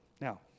Now